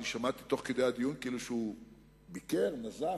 שמעתי תוך כדי הדיון כאילו שהוא ביקר או נזף,